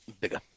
Bigger